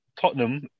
Tottenham